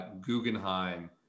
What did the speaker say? Guggenheim